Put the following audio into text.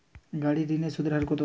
গাড়ির ঋণের সুদের হার কতো?